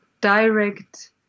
direct